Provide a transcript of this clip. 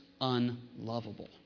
unlovable